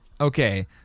Okay